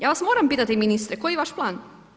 Ja vas moram pitati ministre, koji je vaš plan?